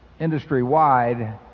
industry-wide